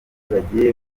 bagiye